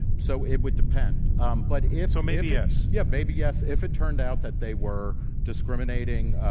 so, it would depend. um but if so, maybe yes? yeah. maybe yes. if it turned out that they were discriminating,